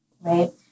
right